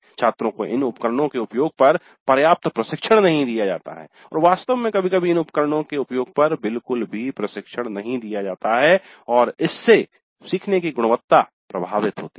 छात्रों को इन उपकरणों के उपयोग पर पर्याप्त प्रशिक्षण नहीं दिया जाता है और वास्तव में कभी कभी इन उपकरणों के उपयोग पर बिल्कुल भी प्रशिक्षण नहीं दिया जाता है और इससे सीखने की गुणवत्ता प्रभावित होती है